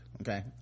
Okay